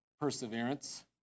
perseverance